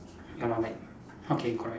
ah like okay correct